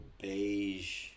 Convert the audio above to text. beige